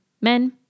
men